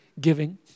giving